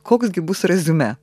koks gi bus reziumė